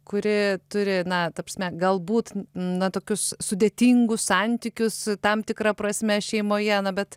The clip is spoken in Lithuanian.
kuri turi na ta prasme galbūt na tokius sudėtingus santykius tam tikra prasme šeimoje na bet